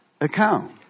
Account